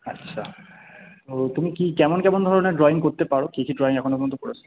আচ্ছা তো তুমি কি কেমন কেমন ধরনের ড্রয়িং করতে পারো কি কি ড্রয়িং এখনও পর্যন্ত করেছো